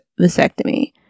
vasectomy